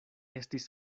estis